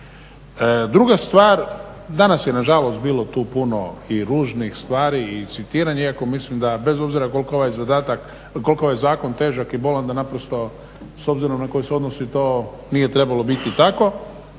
Druga stvar, danas je nažalost bilo tu puno i ružnih stvari i citiranja iako mislim da bez obzira koliko ovaj zakon težak i bolan da naprosto s obzirom na koje se odnosi to nije trebalo biti tako.